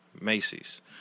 Macy's